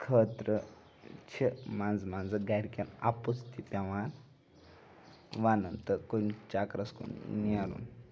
خٲطرٕ چھِ منٛزٕ منٛزٕ گَرِکٮ۪ن اَپُز تہِ پٮ۪وان وَنُن تہٕ کُنہِ چَکرَس کُن نیرُن